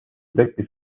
tekkis